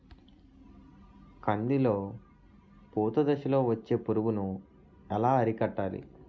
కందిలో పూత దశలో వచ్చే పురుగును ఎలా అరికట్టాలి?